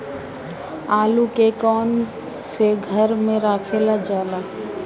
आलू के कवन से घर मे रखल जाला?